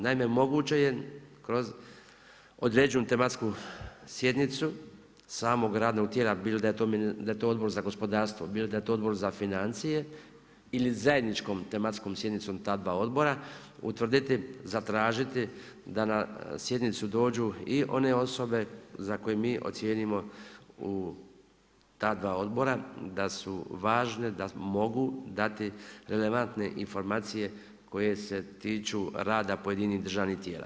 Naime, moguće je kroz određenu tematsku sjednicu samog radnog tijela, bilo ja je to Odbor za gospodarstvo, bilo da je to Odbor za financije ili zajedničkom tematskom sjednicom na ta dva odbora, utvrditi, zatražiti da na sjednicu dođu i one osobe za koje mi ocijenimo u ta dva odbora da su važne, da mogu dati relevantne informacije koje se tiču rada pojedinih državnih tijela.